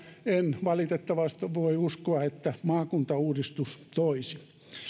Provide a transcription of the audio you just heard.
en valitettavasti voi uskoa että todellista ratkaisua maakuntauudistus toisi